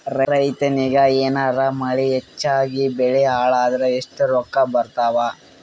ರೈತನಿಗ ಏನಾರ ಮಳಿ ಹೆಚ್ಚಾಗಿಬೆಳಿ ಹಾಳಾದರ ಎಷ್ಟುರೊಕ್ಕಾ ಬರತ್ತಾವ?